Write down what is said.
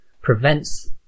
prevents